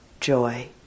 joy